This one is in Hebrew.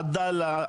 עדאלה,